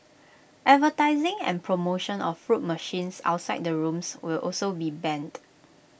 advertising and promotion of fruit machines outside the rooms will also be banned